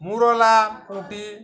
মোড়লা পুঁটি